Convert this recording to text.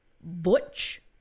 Butch